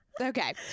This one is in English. okay